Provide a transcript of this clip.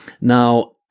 Now